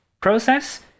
process